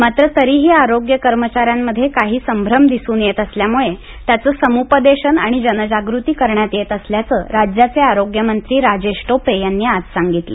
मात्र तरीही आरोग्य कर्मचाऱ्यांमध्ये काही संभ्रम दिसून येत असल्यामुळे त्यांचं समुपदेशन आणि जनजागृती करण्यात येत असल्याचं राज्याचे आरोग्य मंत्री राजेश टोपे यांनी आज सांगितलं